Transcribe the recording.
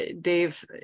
Dave